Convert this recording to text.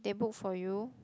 they book for you